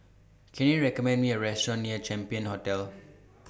Can YOU recommend Me A Restaurant near Champion Hotel